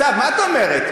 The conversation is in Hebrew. סתיו, מה את אומרת?